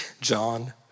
John